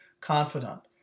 confidant